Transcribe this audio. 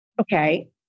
Okay